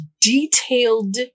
detailed